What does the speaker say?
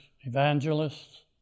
evangelists